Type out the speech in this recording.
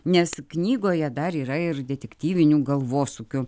nes knygoje dar yra ir detektyvinių galvosūkių